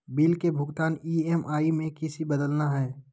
Bill के भुगतान EMI में किसी बदलना है?